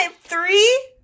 three